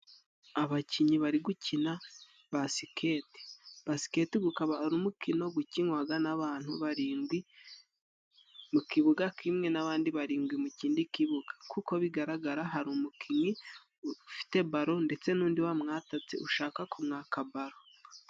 Abakinnyi bari gukina basiketi basiketi gukaba Ari umukino gukinwaga n'abantu barindwi mu kibuga kimwe n'abandi barindwi mu kindi kibuga kuko bigaragara hari umukinnyi ufite baro ndetse n'undi wa mwatatse ushaka kumwaka baro.